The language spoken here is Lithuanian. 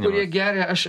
kurie geria aš